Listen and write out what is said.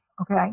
okay